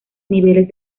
niveles